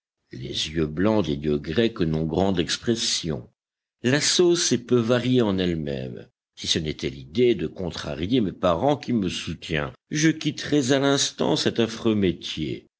les yeux blancs des dieux grecs n'ont grande expression la sauce est peu variée en elle-même si ce n'était l'idée de contrarier mes parents qui me soutient je quitterais à l'instant cet affreux métier